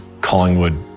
Collingwood